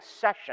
session